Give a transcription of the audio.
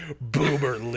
Boomer